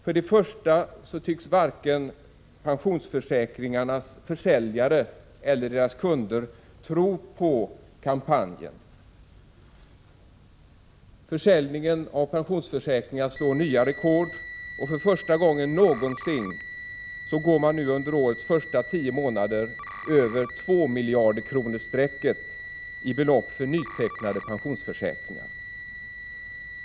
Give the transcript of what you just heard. För det första tycks varken pensionsförsäkringarnas försäljare eller deras kunder tro på kampanjen. Försäljningen av pensionsförsäkringar slår nya rekord. För första gången någonsin går man under årets första tio månader över tvåmiljarderskronorsstrecket i belopp för nytecknade pensionsförsäkringar.